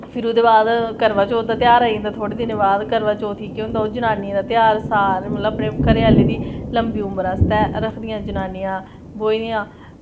फिर एह्दे बाद करवाचौथ दा ध्यार आई जंदा थोह्ड़े दिनें बाद करवाचौथ गी केह् होंदा की ओह् जनानियें दा ध्यार करवाचौथी दा ध्यार सारे मतलब अपने घरै आह्ले दी लंबी उम्र बास्तै रक्खदियां ब्होई दियां